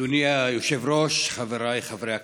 אדוני היושב-ראש, חבריי חברי הכנסת,